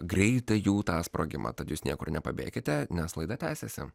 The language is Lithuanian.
greitą jų tą sprogimą tad jūs niekur nepabėkite nes laida tęsiasi